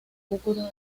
cúcuta